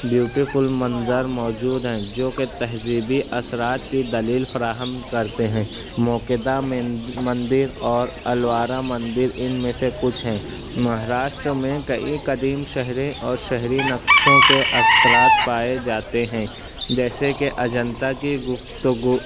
beautiful منظر موجود ہیں جوکہ تہذیبی اثرات کی دلیل فراہم کرتے ہیں موکدا مندر اور الوارا مندر ان میں سے کچھ ہیں مہاراشٹر میں کئی قدیم شہریں اور شہری نقشوں کے اثرات پائے جاتے ہیں جیسے کہ اجنتا کی گفتگو